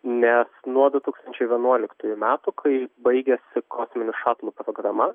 ne nuo du tūkstančiai vienuoliktųjų metų kai baigėsi kosminė šatlų programa